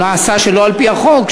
או נעשה שלא על-פי החוק,